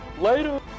Later